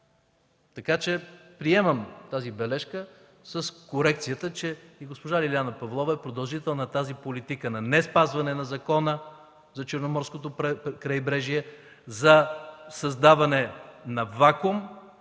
Така че приемам тази бележка с корекцията, че и госпожа Лиляна Павлова е продължител на политиката на неспазване на Закона за Черноморското крайбрежие, за създаване на вакуум,